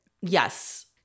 yes